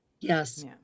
Yes